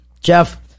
Jeff